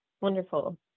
Wonderful